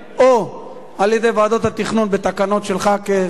או על-ידי ועדות התכנון בתקנות שלך כשר,